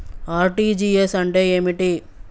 RTGS అంటే ఏమిటి?